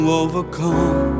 overcome